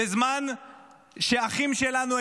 בזמן שהאחים שלנו,